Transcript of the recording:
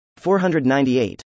498